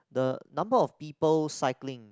the number of people cycling